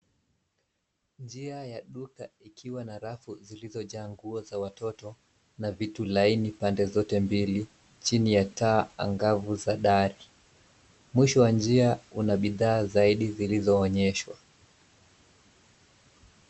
Njia ya duka ikiwa na rafu zilizo jaa nguo za watoto na vitu laini pande zote mbili chini ya taa angavu za dari. Mwisho wa njia kuna bidhaa zaidi zilizo onyeshwa.